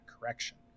correction